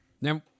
now